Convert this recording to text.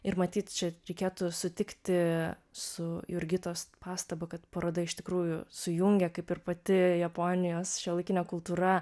ir matyt čia reikėtų sutikti su jurgitos pastaba kad paroda iš tikrųjų sujungia kaip ir pati japonijos šiuolaikinio kultūra